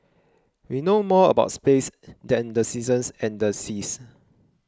we know more about space than the seasons and the seas